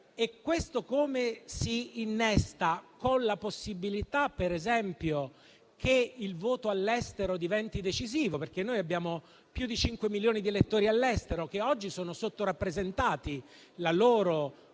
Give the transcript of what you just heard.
questo come si aggancia con la possibilità che il voto all'estero diventi decisivo? Noi abbiamo più di 5 milioni di elettori all'estero, che oggi sono sottorappresentati, perché per